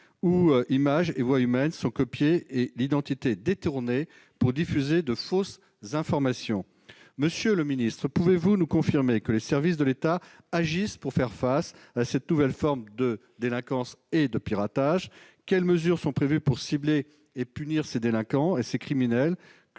les image et voix humaines sont copiées et l'identité est détournée pour diffuser de fausses informations. Monsieur le secrétaire d'État, pouvez-vous nous confirmer que les services de l'État agissent pour faire face à cette nouvelle forme de délinquance et de piratage ? Quelles mesures sont prévues pour cibler et punir ces délinquants et ces criminels